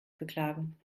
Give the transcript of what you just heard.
beklagen